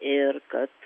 ir kad